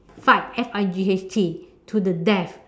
fight F I G H T to the death